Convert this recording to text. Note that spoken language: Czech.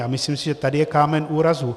A myslím si, že tady je kámen úrazu.